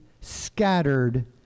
scattered